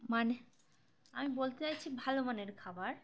মানে আমি বলতে চাইছি ভালো মানের খাবার